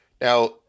Now